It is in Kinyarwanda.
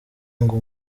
ngo